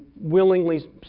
willingly